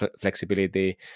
flexibility